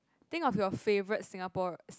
think of your favorite Singapore